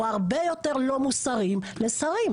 או הרבה יותר לא מוסריים לשרים?